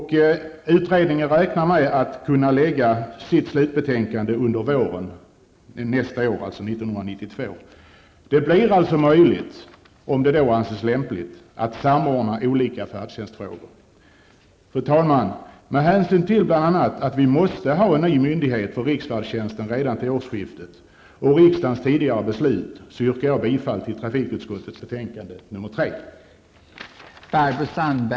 Utredningen räknar med att kunna lägga fram sitt slutbetänkande under våren 1992. Det blir alltså möjligt, om det då anses lämpligt, att samordna olika färdtjänstfrågor. Fru talman! Med hänsyn till att vi måste ha en ny myndighet för riksfärdtjänsten redan vid årsskiftet, och med hänsyn till riksdagens tidigare beslut, yrkar jag bifall till trafikutskottets hemställan i betänkande nr 3.